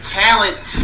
talent